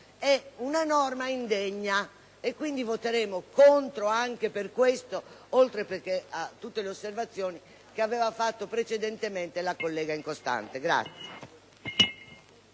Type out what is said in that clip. male - sia indegna: quindi, voteremo contro anche per questo, oltre che per tutte le osservazioni che aveva fatto precedentemente la collega Incostante.